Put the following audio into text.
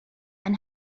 and